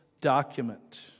document